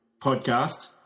podcast